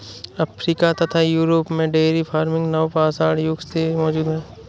Africa तथा Europe में dairy farming नवपाषाण युग से मौजूद है